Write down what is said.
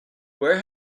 where